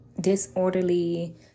disorderly